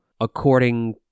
according